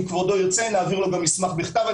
אם כבודו ירצה נעביר לו גם מסמך בכתב.